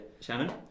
Shannon